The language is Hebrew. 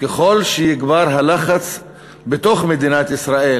וככל שיגבר הלחץ בתוך מדינת ישראל